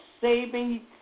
saving